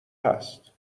هست